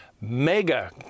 mega